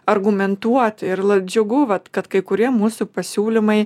argumentuoti ir la džiugu vat kad kai kurie mūsų pasiūlymai